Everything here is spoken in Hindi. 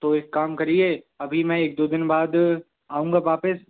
तो एक काम करिए अभी मैं एक दो दिन बाद आऊँगा वापस